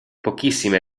pochissime